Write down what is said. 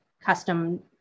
custom